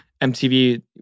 MTV